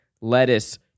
lettuce